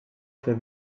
fir